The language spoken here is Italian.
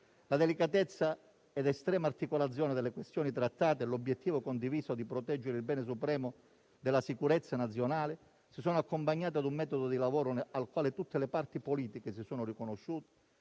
la delicatezza e l'estrema articolazione delle questioni trattate e l'obiettivo condiviso di proteggere il bene supremo della sicurezza nazionale si sono accompagnati a un metodo di lavoro nel quale tutte le parti politiche si sono riconosciute